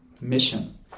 mission